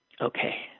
Okay